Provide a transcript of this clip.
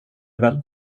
väl